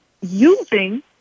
using